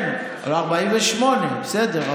כן, 48', בסדר.